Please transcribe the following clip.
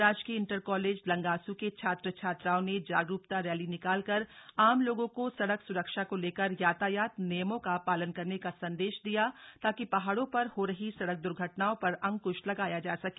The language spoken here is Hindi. राजकीय इंटर कॉलेज लंगास् के छात्र छात्राओं ने जागरूकता रैली निकालकर आम लोगों को सड़क स्रक्षा को लेकर यातायात नियमों का पालन करने का संदेश दिया ताकि पहाड़ों पर हो रही सड़क द्र्घटनाओं पर अंकृश लगाया जा सके